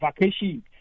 vacation